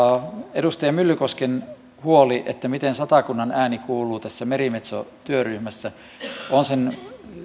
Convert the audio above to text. edustaja myllykosken huoli siitä miten satakunnan ääni kuuluu tässä merimetsotyöryhmässä